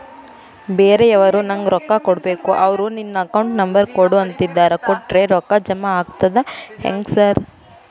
ಬ್ಯಾರೆವರು ನಂಗ್ ರೊಕ್ಕಾ ಕೊಡ್ಬೇಕು ಅವ್ರು ನಿನ್ ಅಕೌಂಟ್ ನಂಬರ್ ಕೊಡು ಅಂತಿದ್ದಾರ ಕೊಟ್ರೆ ರೊಕ್ಕ ಜಮಾ ಆಗ್ತದಾ ಹೆಂಗ್ ಸಾರ್?